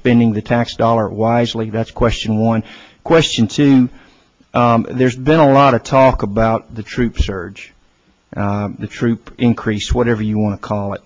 spending the tax dollars wisely that's question one question to you there's been a lot of talk about the troop surge the troop increase whatever you want to call it